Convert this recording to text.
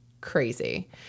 crazy